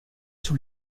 sous